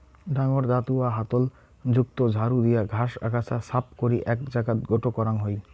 ডাঙর দাতুয়া হাতল যুক্ত ঝাড়ু দিয়া ঘাস, আগাছা সাফ করি এ্যাক জাগাত গোটো করাং হই